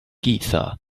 giza